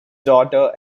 daughter